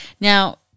Now